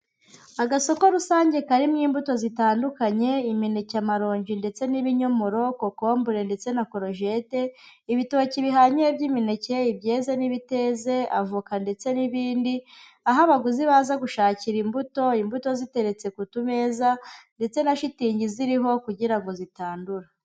Agasoko rusange karimo imbuto zitandukanye, imineke, amarongi, ndetse n'ibinyomoro, kokombure, ndetse na korojete, ibitoki bihanyuye by'imeke, ibyeze n'ibiteze, avoka ndetse n'ibindi, aho abaguzi baza gushakira imbuto, imbuto ziteretse ku utumeza, ndetse na shitingi ziriho kugira ngo zitandura.